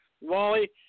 Wally